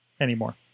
anymore